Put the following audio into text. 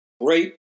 great